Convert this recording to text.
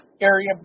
area